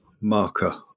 marker